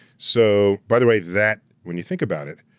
so by the way, that, when you think about it,